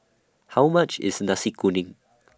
How much IS Nasi Kuning